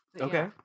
okay